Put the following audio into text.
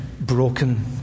broken